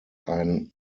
ein